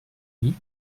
oui